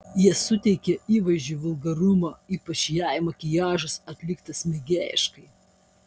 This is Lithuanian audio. jie suteikia įvaizdžiui vulgarumo ypač jei makiažas atliktas mėgėjiškai